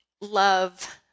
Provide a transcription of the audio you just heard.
love